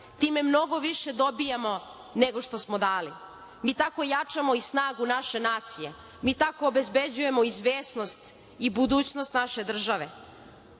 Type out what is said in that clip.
time mnogo više dobijamo nego što smo dali. Mi tako jačamo i snagu naše nacije. Mi tako obezbeđujemo izvesnost i budućnost naše države. Ovo